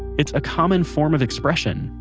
it's a common form of expression,